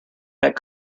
that